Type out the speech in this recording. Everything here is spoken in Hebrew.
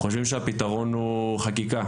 חושבים שהפתרון הוא חקיקה.